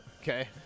Okay